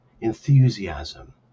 enthusiasm